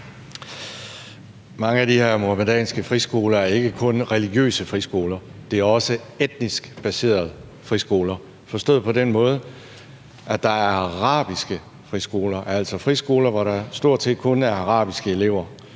Mange af de her muhamedanske friskoler er ikke kun religiøse friskoler, de er også etnisk baserede friskoler, forstået på den måde, at der er arabiske friskoler, altså friskoler, hvor der stort set kun er arabiske elever,